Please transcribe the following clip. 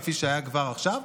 כפי שהיה כבר עכשיו,